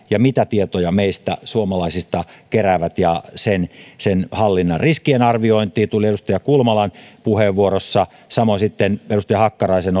ja mitä tietoja monikansalliset yhtiöt meistä suomalaisista keräävät ja sen sen hallinta riskien arviointi tuli edustaja kulmalan puheenvuorossa samoin sitten edustaja hakkarainen